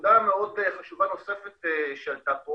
נקודה חשובה נוספת שעלתה פה